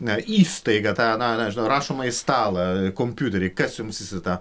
na įstaigą tą na nežinau rašomąjį stalą kompiuterį kas jums visą tą